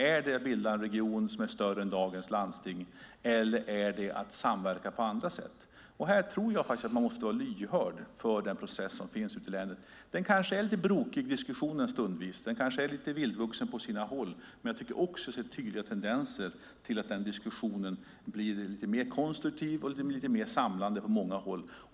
Är det att bilda en region som är större än dagens landsting, eller är det att samverka på andra sätt? Här måste man vara lyhörd för processen ute i länen. Diskussionen kanske är lite brokig stundvis och lite vildvuxen på sina håll, men jag tycker mig se tydliga tendenser till att den diskussionen blir lite mer konstruktiv och lite mer samlande på många håll.